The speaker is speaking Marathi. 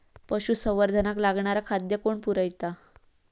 पशुसंवर्धनाक लागणारा खादय कोण पुरयता?